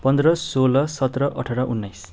पन्ध्र सोह्र सत्र अठार उन्नाइस